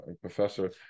professor